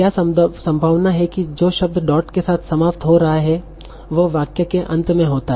क्या संभावना है कि जो शब्द डॉट के साथ समाप्त हो रहा है वह वाक्य के अंत में होता है